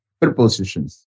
prepositions